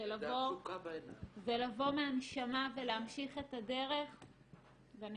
זה לבוא מהנשמה ולהמשיך את הדרך ואני